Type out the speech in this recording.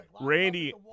Randy